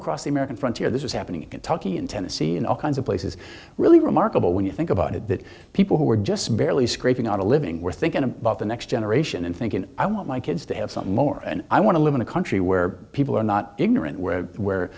across the american frontier this is happening in kentucky and tennessee in all kinds of places really remarkable when you think about it that people who were just barely scraping out a living were thinking about the next generation and thinking i want my kids to have something more and i want to live in a country where people are not ignorant where where